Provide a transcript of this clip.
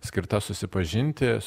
skirta susipažinti